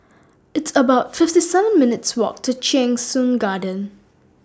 It's about fifty seven minutes' Walk to Cheng Soon Garden